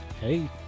Hey